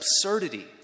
absurdity